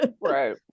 right